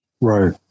right